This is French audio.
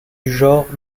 genre